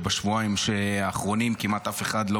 כשבשבועיים האחרונים כמעט אף אחד לא